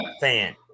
fan